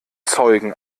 zeugen